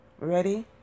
ready